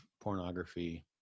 pornography